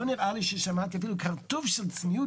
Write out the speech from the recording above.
לא נראה לי ששמעתי אפילו קורטוב של צניעות